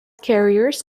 carriers